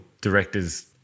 directors